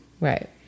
right